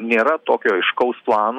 nėra tokio aiškaus plano